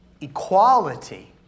equality